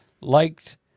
liked